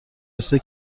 رسیده